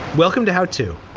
welcome to how to.